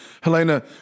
Helena